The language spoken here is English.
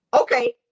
Okay